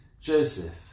Joseph